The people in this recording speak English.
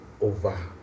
over